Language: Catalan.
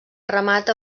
remata